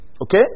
Okay